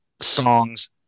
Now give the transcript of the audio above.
songs